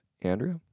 Andrea